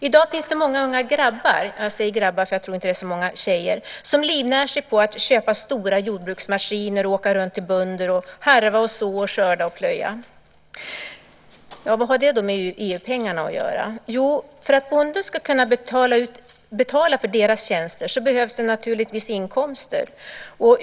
I dag är det många unga grabbar - jag säger grabbar för jag tror inte att det är så många tjejer - som livnär sig på att köpa stora jordbruksmaskiner och åka runt till bönder och harva, så, plöja och skörda. Vad har detta med EU-pengarna att göra? Jo, för att bonden ska kunna betala för dessa tjänster behövs det naturligtvis inkomster.